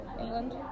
England